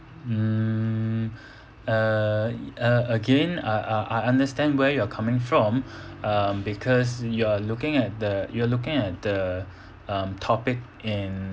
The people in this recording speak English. mm err uh again I I I understand where you're coming from um because you're looking at the you're looking at the um topic in